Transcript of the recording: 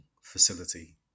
facility